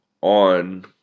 on